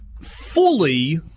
fully